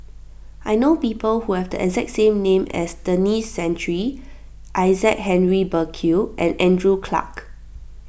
I know people who have the exact name as Denis Santry Isaac Henry Burkill and Andrew Clarke